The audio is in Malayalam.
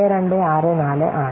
8264 ആണ്